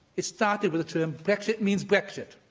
it started with the term brexit means brexit.